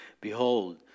Behold